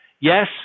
Yes